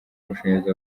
amashanyarazi